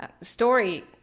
story